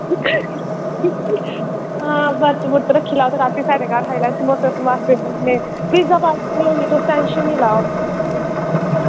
हां बरत बुरत रक्खी लैएओ ते रातीं साढ़े घर खाई लैयो समोसे होने पिज्जा पार्टी होनी तुस टेंशन निं लैओ